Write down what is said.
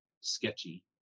sketchy